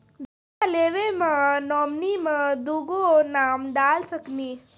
बीमा लेवे मे नॉमिनी मे दुगो नाम डाल सकनी?